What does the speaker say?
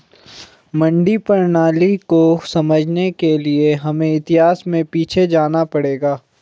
मंडी प्रणाली को समझने के लिए हमें इतिहास में पीछे जाना पड़ेगा